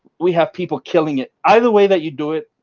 we have people killing it either way that you do it,